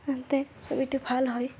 তেন্তে ছবিটো ভাল হয়